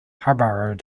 harborough